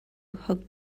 hugged